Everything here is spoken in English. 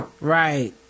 Right